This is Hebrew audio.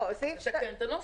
אבל צריך לתקן את הנוסח.